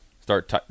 start